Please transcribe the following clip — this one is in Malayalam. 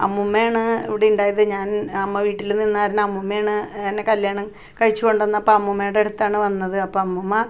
അമ്മുമയാണ് ഇവിടെ ഉണ്ടായത് ഞാൻ അമ്മ വീട്ടിൽ നിന്നത് കാരണം അമ്മുമയാണ് എന്നെ കല്യാണം കഴിച്ച് കൊണ്ട് വന്നപ്പോൾ അമ്മുമയുടെ അടുത്താണ് വന്നത് അപ്പോൾ അമ്മൂമ്മ